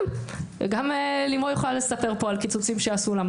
וגם לימור יכולה לספר פה על קיצוצים שעשו לה,